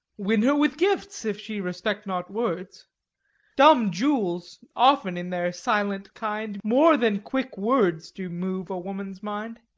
win her with gifts, if she respect not words dumb jewels often in their silent kind more than quick words do move a woman's mind.